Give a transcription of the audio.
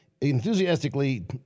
enthusiastically